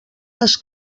les